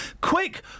Quick